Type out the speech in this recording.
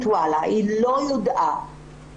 שלא יודעה על כך.